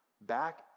back